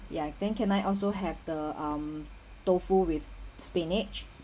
ya then can I also have the um tofu with spinach